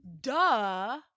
Duh